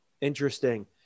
Interesting